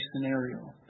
scenario